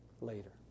later